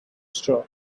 straw